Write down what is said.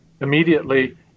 immediately